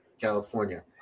California